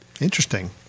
Interesting